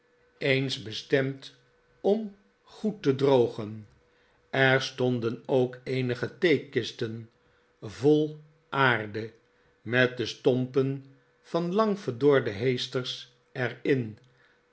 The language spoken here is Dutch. eens bestemd om goed te drogen er stonden ook eenige theekisten vol aarde met de stompen van lang verdorde heesters er